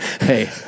hey